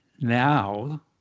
now